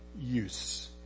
use